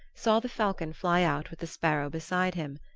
saw the falcon fly out with the sparrow beside him.